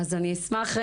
אשמח.